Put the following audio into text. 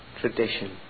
tradition